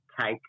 take